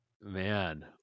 Man